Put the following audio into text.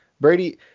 Brady